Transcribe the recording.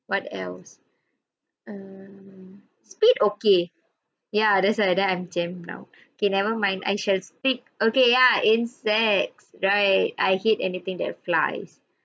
what else um speed okay ya that's why then I'm jam now okay never mind I shall speak okay ya insects right I hate anything that flies